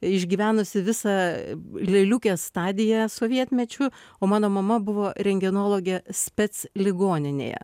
išgyvenusi visą lėliukės stadiją sovietmečiu o mano mama buvo rentgenologė spec ligoninėje